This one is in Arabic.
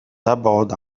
تبعد